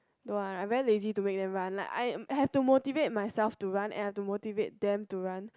don't want I very lazy to make them run like I have to motivate myself to run and I have to motivate them to run